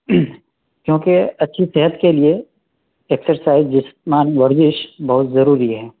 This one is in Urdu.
کیونکہ اچھی صحت کے لئے ایکسرسائز جسمانی ورزش بہت ضروری ہے